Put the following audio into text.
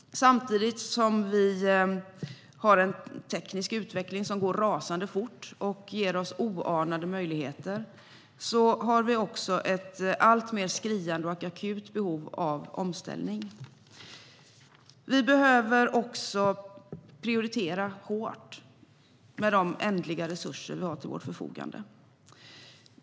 Samtidigt som vi har en teknisk utveckling som går rasande fort och ger oss oanade möjligheter har vi ett alltmer skriande och akut behov av omställning. Vi behöver också prioritera hårt för de ändliga resurser vi har till vårt förfogande.